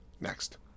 Next